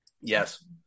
Yes